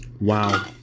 wow